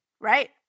right